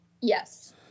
Yes